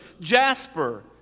jasper